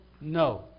No